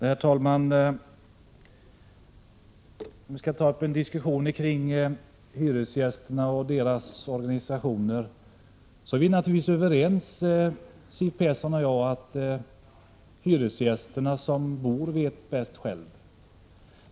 Herr talman! Om vi nu skall ta upp en diskussion kring hyresgästerna och deras organisationer, vill jag säga att Siw Persson och jag naturligtvis är överens om att hyresgästerna vet bäst själva.